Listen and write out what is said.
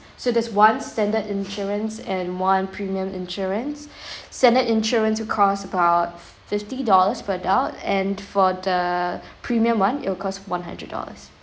so there's one standard insurance and one premium insurance standard insurance would costs about fifty dollars per adult and for the premium one it'll cost one hundred dollars